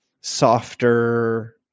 softer